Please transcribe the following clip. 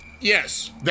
Yes